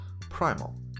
Primal